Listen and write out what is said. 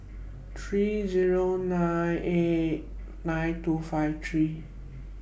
three Zero nine eight nine two five three